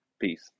peace